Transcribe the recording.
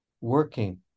working